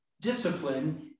discipline